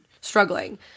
struggling